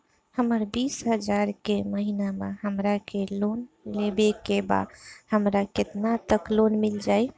हमर बिस हजार के महिना बा हमरा के लोन लेबे के बा हमरा केतना तक लोन मिल जाई?